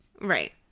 Right